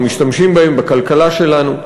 או משתמשים בהם בכלכלה שלנו,